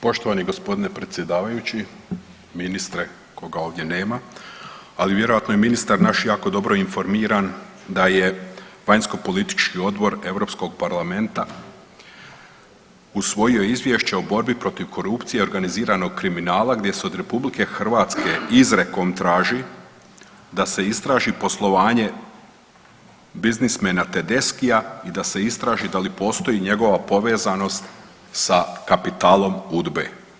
Poštovani gospodine predsjedavajući, ministre koga ovdje nama, ali vjerojatno je ministar naš jako dobro informiran da je vanjsko politički odbor Europskog parlamenta usvojio izvješće o borbi protiv korupcije i organiziranog kriminala gdje se od RH izrijekom traži da se istraži poslovanje biznismena Tedeschia i da se istraži da li postoji njegova povezanost sa kapitalom UDBE.